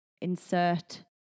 insert